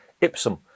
Ipsum